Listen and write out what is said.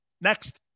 Next